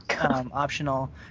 optional